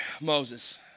Moses